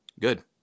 good